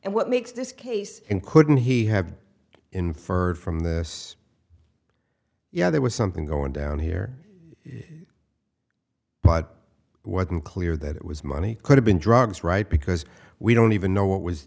and what makes this case in couldn't he have inferred from this yeah there was something going down here but wasn't clear that it was money could have been drugs right because we don't even know what was